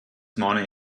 morning